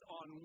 on